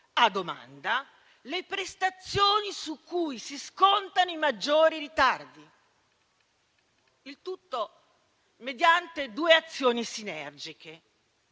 a domanda, le prestazioni su cui si scontano i maggiori ritardi. Il tutto mediante due azioni sinergiche: